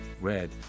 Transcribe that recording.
red